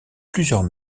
plusieurs